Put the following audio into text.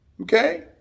Okay